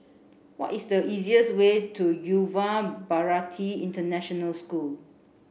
what is the easiest way to Yuva Bharati International School